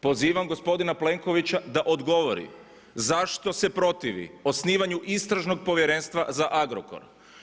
Pozivam gospodina Plenkovića da odgovori zašto se protivi osnivanju Istražnog povjerenstva za Agrokor.